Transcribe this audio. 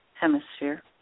Hemisphere